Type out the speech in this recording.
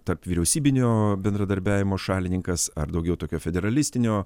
tarpvyriausybinio bendradarbiavimo šalininkas ar daugiau tokio federalistinio